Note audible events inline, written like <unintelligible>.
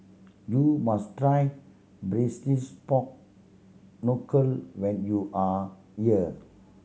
you must try braise <unintelligible> pork knuckle when you are here